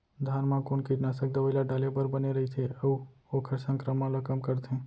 धान म कोन कीटनाशक दवई ल डाले बर बने रइथे, अऊ ओखर संक्रमण ल कम करथें?